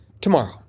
tomorrow